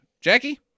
Jackie